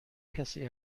کسی